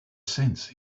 sense